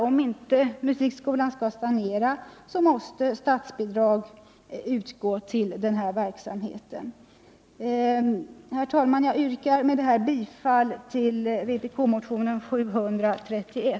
Om inte musikskolan skall stagnera måste statsbidrag utgå till den verksamheten. Herr talman! Jag yrkar med detta bifall till vpk-motionen 735.